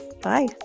Bye